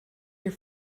your